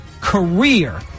career